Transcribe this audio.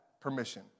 permission